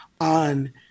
on